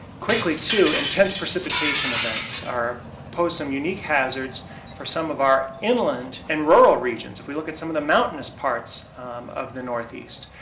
quickly, too, intense precipitation events pose some unique hazards for some of our inland and rural regions. if we look at some of the mountainous parts of the northeast,